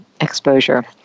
exposure